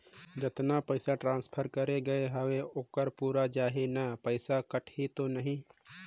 जतना पइसा ट्रांसफर करे गये हवे ओकर पूरा जाही न पइसा कटही तो नहीं?